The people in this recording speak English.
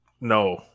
No